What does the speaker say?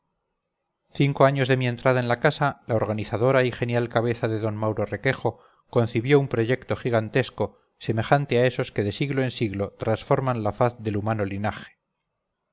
cinco años antes de mi entrada en la casa la organizadora y genial cabeza de d mauro requejo concibió un proyecto gigantesco semejante a esos que de siglo en siglo transforman la faz del humano linaje